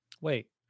Wait